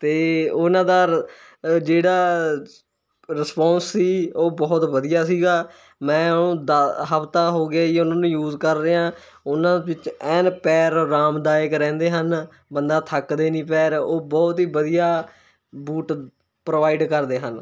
ਅਤੇ ਉਹਨਾਂ ਦਾ ਰ ਜਿਹੜਾ ਰਿਸਪੌਂਸ ਸੀ ਉਹ ਬਹੁਤ ਵਧੀਆ ਸੀਗਾ ਮੈਂ ਉਹਨੂੰ ਦ ਹਫ਼ਤਾ ਹੋ ਗਿਆ ਜੀ ਉਹਨਾਂ ਨੂੰ ਯੂਜ਼ ਕਰ ਰਿਹਾ ਉਹਨਾਂ ਵਿੱਚ ਐਨ ਪੈਰ ਅਰਾਮਦਾਇਕ ਰਹਿੰਦੇ ਹਨ ਬੰਦਾ ਥੱਕਦੇ ਨਹੀਂ ਪੈਰ ਉਹ ਬਹੁਤ ਹੀ ਵਧੀਆ ਬੂਟ ਪ੍ਰੋਵਾਈਡ ਕਰਦੇ ਹਨ